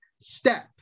step